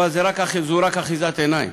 אבל זו רק אחיזת עיניים,